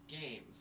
games